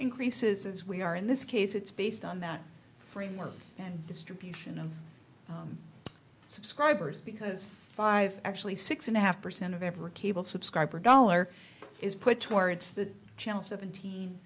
increases as we are in this case it's based on that framework and distribution of subscribers because five actually six and a half percent of every cable subscriber dollar is put towards that channel seventeen